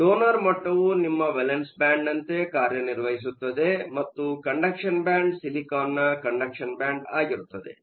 donor ಮಟ್ಟವು ನಿಮ್ಮ valence ಬ್ಯಾಂಡ್ನಂತೆ ಕಾರ್ಯನಿರ್ವಹಿಸುತ್ತದೆ ಮತ್ತು ಕಂಡಕ್ಷನ್ ಬ್ಯಾಂಡ್ಕೂಡ ಸಿಲಿಕಾನ್ನ ಕಂಡಕ್ಷನ್ ಬ್ಯಾಂಡ್ ಆಗಿರುತ್ತದೆ